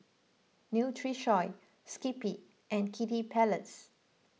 Nutrisoy Skippy and Kiddy Palace